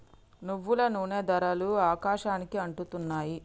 నువ్వుల నూనె ధరలు ఆకాశానికి అంటుతున్నాయి